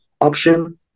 option